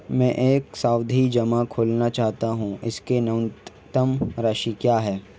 मैं एक सावधि जमा खोलना चाहता हूं इसकी न्यूनतम राशि क्या है?